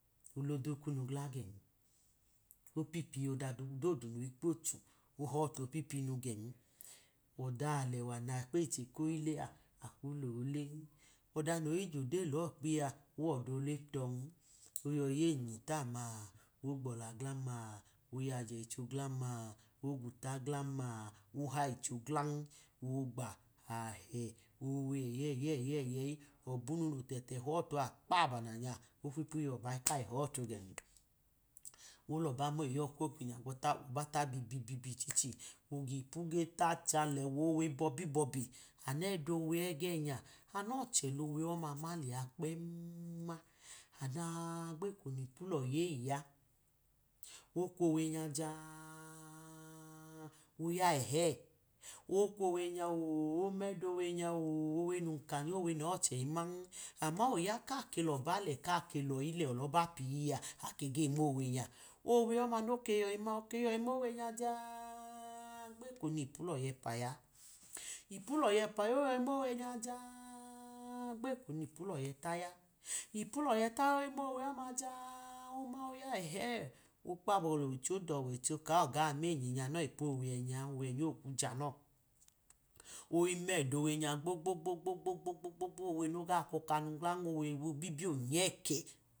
Olodre kunu gagẹni opipi o̱dadu nyi kpochu ohotu opinu gagẹn, ọda alẹwa na kpeyi che koyi le a, olo len, o̱dan noyi jodeyi lọ ọkpiye owodre tọn oyoyi yeyinjinyyi tama ogbọla glam-ma, oyaje icho glam-ma, ogwuta glam-ma, ohayi icho glan, oogba, ach, owe eyeyeyeyi. Ọbunu notẹtẹ họti akpabona nya okmipu yọ ọba kayi họtu gen, olọba ma eyi yọ ko gwoba ta ididu ichichi, glipu ge ta cha lẹa owe bọbi bobi anẹdọ owe ẹge nya, anọchẹ ọma ma lẹa kpem-. ma, j-a-a-a-a, oya ẹhẹ. Okwowe nya oo, omẹdọ owe nya oo, owe num kanya owowe noyu oche iman. Aman oya kake lọba lẹ loyi lẹ ọlọba pia ayi mẹdọ owe nua, owe ọma noke yoyi ma oke yuyi mowe nya j a-a-a-a-a gbeko nipu loya ẹpa ya, ipu loya ẹpa oyoyi mowe nya j a-a-a-a gbeko nipu loya eta ya lpu loya ẹta ya omowe ja-a-a-a oma oya ẹhẹ! Okpabọ lọwọicho okọwọiho awo ga meyinyinyi anọ ipu owe enya owe ẹnya okwu janọ. Oyi mẹdọ owe nya gbogbogbogbo owe noga kọkanu glan, owe obibi onyẹkẹ.